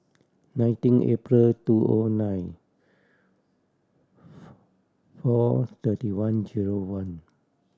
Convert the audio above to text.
nineteen April two O nine four thirty one zero one